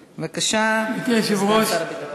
בבקשה, כבוד סגן שר הביטחון.